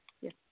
Yes